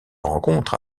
rencontre